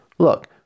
Look